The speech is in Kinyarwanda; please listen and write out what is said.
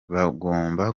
bagomba